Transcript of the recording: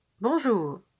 Bonjour